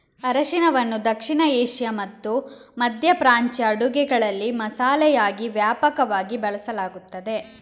ಅರಿಶಿನವನ್ನು ದಕ್ಷಿಣ ಏಷ್ಯಾ ಮತ್ತು ಮಧ್ಯ ಪ್ರಾಚ್ಯ ಅಡುಗೆಗಳಲ್ಲಿ ಮಸಾಲೆಯಾಗಿ ವ್ಯಾಪಕವಾಗಿ ಬಳಸಲಾಗುತ್ತದೆ